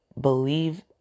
Believe